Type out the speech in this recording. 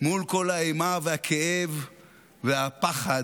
מול כל האימה, הכאב והפחד,